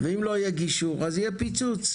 בבקשה.